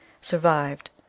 survived